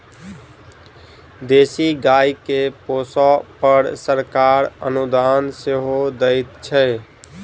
देशी गाय के पोसअ पर सरकार अनुदान सेहो दैत छै